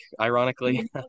ironically